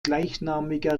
gleichnamiger